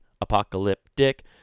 Apocalyptic